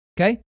okay